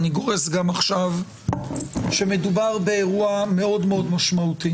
אני גורס גם עכשיו שמדובר באירוע מאוד מאוד משמעותי